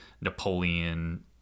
Napoleon